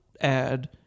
add